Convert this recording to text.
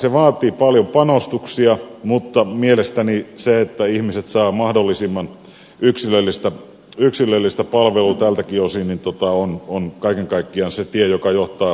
se vaatii paljon panostuksia mutta mielestäni se että ihmiset saavat mahdollisimman yksilöllistä palvelua tältäkin osin on kaiken kaikkiaan se tie joka johtaa hyvään lopputulemaan